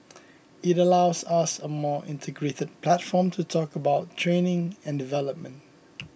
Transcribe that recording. it allows us a more integrated platform to talk about training and development